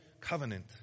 Covenant